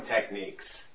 techniques